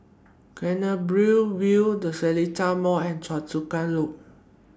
Canberra View The Seletar Mall and Choa Chu Kang Loop